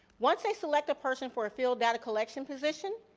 once they select a person for a field data collection position,